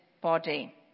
body